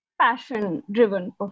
passion-driven